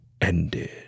ended